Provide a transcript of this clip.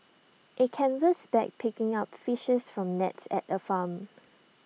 A canvas bag picking up fishes from nets at A farm